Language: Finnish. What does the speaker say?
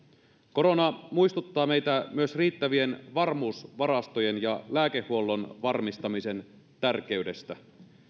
korona muistuttaa meitä myös riittävien varmuusvarastojen ja lääkehuollon varmistamisen tärkeydestä